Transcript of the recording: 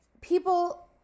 people